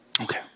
Okay